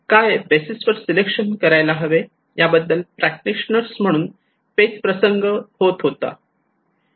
काय बेसिसवर सिलेक्शन करायला हवे याबद्दल प्रॅक्टिशनर म्हणून पेचप्रसंग होत होता